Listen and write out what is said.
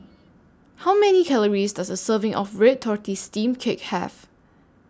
How Many Calories Does A Serving of Red Tortoise Steamed Cake Have